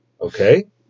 Okay